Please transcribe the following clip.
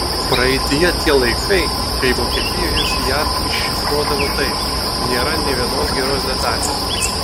praeityje tie laikai kai vokietijoje fiat iššifruodavo taip nėra nė vienos geros detalės